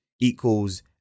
equals